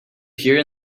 here